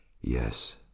Yes